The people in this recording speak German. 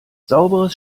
sauberes